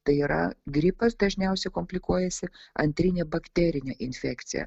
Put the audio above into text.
tai yra gripas dažniausiai komplikuojasi antrinė bakterinė infekcija